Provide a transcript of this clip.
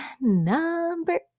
number